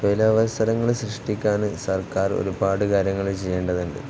തൊഴിലവസരങ്ങള് സൃഷ്ടിക്കാന് സർക്കാർ ഒരുപാട് കാര്യങ്ങള് ചെയ്യേണ്ടതുണ്ട്